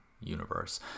universe